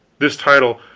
this title,